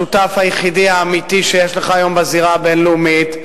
השותף היחידי האמיתי שיש לך היום בזירה הבין-לאומית,